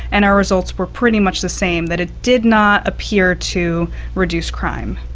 and our results were pretty much the same, that it did not appear to reduce crime.